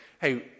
hey